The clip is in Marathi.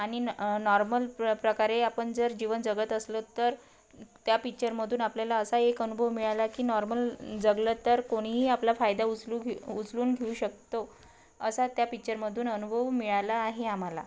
आणि नॉर्मल प्र प्रकारे आपण जर जीवन जगत असलो तर त्या पिक्चरमधून आपल्याला असा एक अनुभव मिळाला की नॉर्मल जगलं तर कोणीही आपला फायदा उचलू घेऊ उचलून घेऊ शकतो असा त्या पिक्चरमधून अनुभव मिळाला आहे आम्हाला